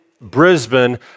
Brisbane